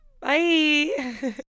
bye